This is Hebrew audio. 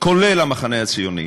כולל המחנה הציוני,